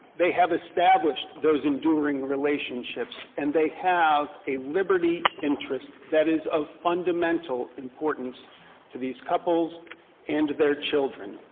they have established those enduring relationships, and they have a liberty interest that is of fundamental importance to these couples and their children.